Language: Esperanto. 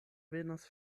venas